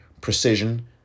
precision